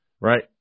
right